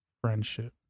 friendship